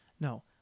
no